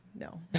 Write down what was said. no